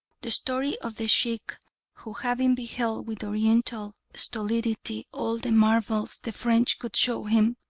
the story of the sheikh who, having beheld with oriental stolidity all the marvels the french could show him,